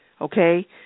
okay